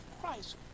christ